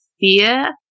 fear